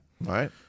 Right